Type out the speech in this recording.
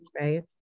right